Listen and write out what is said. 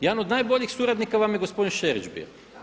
Jedan od najboljih suradnika vam je gospodin Šerić bio.